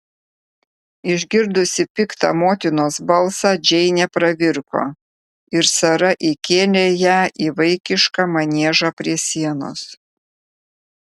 išgirdusi piktą motinos balsą džeinė pravirko ir sara įkėlė ją į vaikišką maniežą prie sienos